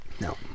no